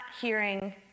hearing